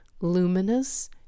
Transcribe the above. luminous